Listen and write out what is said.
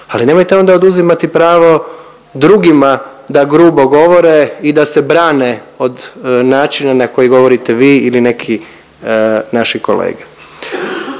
ali nemojte onda oduzimati pravo drugima da grubo govore i da se brane od načina na koji govorite vi ili neki naši kolege.